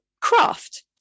Craft